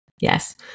Yes